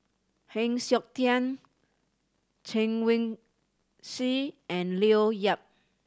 Heng Siok Tian Chen Wen Hsi and Leo Yip